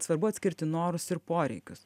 svarbu atskirti norus ir poreikius